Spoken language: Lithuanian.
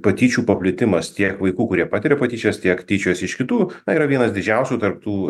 patyčių paplitimas tiek vaikų kurie patiria patyčias tiek tyčiojasi iš kitų na yra vienas didžiausių tarp tų